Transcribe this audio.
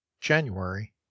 january